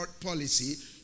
policy